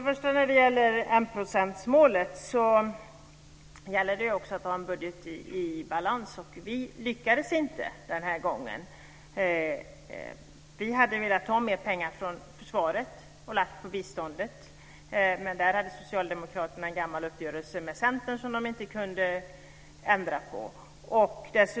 Herr talman! I fråga om enprocentsmålet gäller det också att ha en budget i balans. Vi lyckades inte den här gången. Vi hade velat ta mer pengar från försvaret och lägga på biståndet, men där hade Socialdemokraterna en gammal uppgörelse med Centern som de inte kunde ändra på.